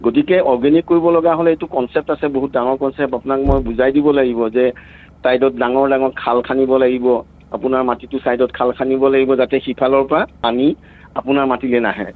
গতিকে অৰ্গেনিক কৰিব লগা হ'লে সেইটো কঞ্চেপ্ট আছে বহুত ডাঙৰ কঞ্চেপ্ট আপোনাক মই বুজাই দিব লাগিব যে চাইডত ডাঙৰ ডাঙৰ খাল খান্দিব লাগিব আপোনাৰ মাটিটোৰ চাইডত খাল খান্দিব লাগিব যাতে সিফালৰ পৰা পানী আপোনাৰ মাটিলৈ নাহে